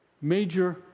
major